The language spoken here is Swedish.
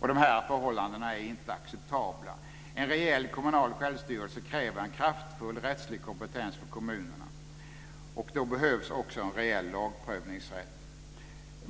De här förhållandena är inte acceptabla. En reell kommunal självstyrelse kräver en kraftfull rättslig kompetens för kommunerna. Då behövs också en reell lagprövningsrätt.